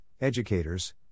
educators